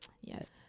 yes